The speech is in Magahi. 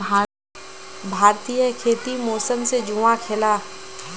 भारतीय खेती मौसम से जुआ खेलाह